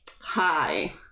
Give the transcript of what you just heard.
hi